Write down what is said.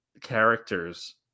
characters